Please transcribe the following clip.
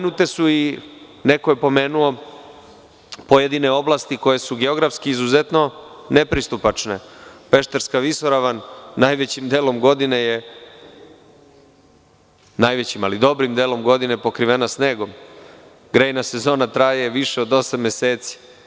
Neko je pomenuo pojedine oblasti koje su geografski izuzetno nepristupačne Pešterska Visoravan, najvećim delom godine je, ali dobrim delom godine je pokrivena snegom, grejna sezona traje više od osam meseci.